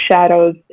shadows